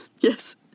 yes